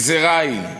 גזירה היא.